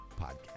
podcast